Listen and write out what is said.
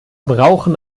brauchen